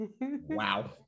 Wow